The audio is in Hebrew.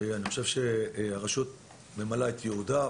הרשות ממלאת את ייעודה.